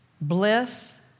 bliss